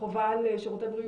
החובה על שירותי בריאות?